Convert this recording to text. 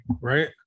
right